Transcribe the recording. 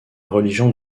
religion